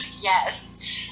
Yes